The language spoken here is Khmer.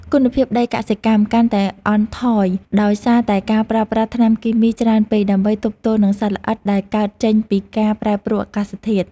គុណភាពដីកសិកម្មកាន់តែអន់ថយដោយសារតែការប្រើប្រាស់ថ្នាំគីមីច្រើនពេកដើម្បីទប់ទល់នឹងសត្វល្អិតដែលកើតចេញពីការ ប្រែប្រួលអាកាសធាតុ។